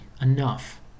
enough